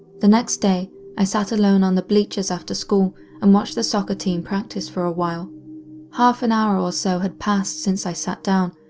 the next day i sat alone on the bleachers after school and watched the soccer team practice for a while. a half an hour or so had passed since i sat down,